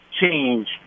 change